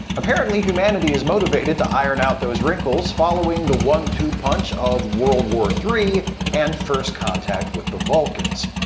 apparently humanity is motivated to iron out those wrinkles following the one-two punch of world war three and first contact with the vulcans.